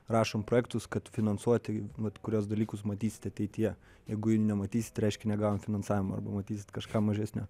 rašom projektus kad finansuoti vat kuriuos dalykus matysite ateityje jeigu nematysit reiškia negavom finansavimo arba matysit kažką mažesnio